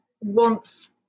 wants